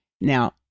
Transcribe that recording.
Now